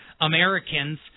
Americans